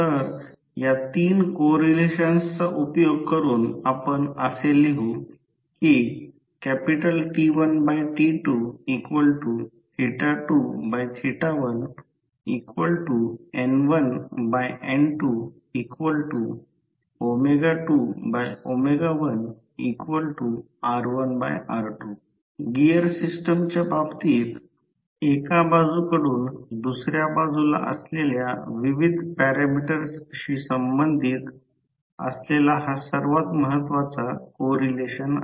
तर या 3 को रिलेशन्सचा उपयोग करून आपण असे लिहू की T1T221N1N221r1r2 गिअर सिस्टमच्या बाबतीत एका बाजूकडून दुसऱ्या बाजुला असलेल्या विविध पॅरामीटर्सशी संबंधित असलेला हा सर्वात महत्त्वाचा को रिलेशन्स आहे